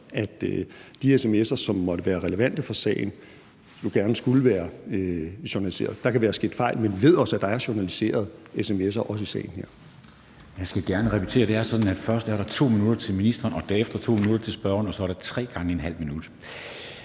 at de sms'er, som måtte være relevante for sagen, gerne skulle være journaliseret. Der kan være sket fejl, men vi ved også, at der er en journaliseret sms'er også i sagen her. Kl. 13:14 Formanden (Henrik Dam Kristensen): Jeg skal gerne repetere det. Det er sådan, at der først er 2 minutter til ministeren, derefter 2 minutter til spørgeren, og så er der tre gange et ½ minut.